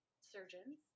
surgeons